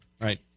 right